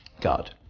God